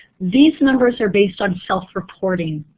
these numbers are based on self-reporting.